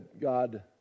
God